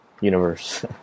universe